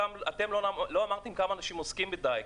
אתם לא אמרתם כמה אנשים עוסקים בדייג,